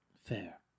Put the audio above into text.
Fair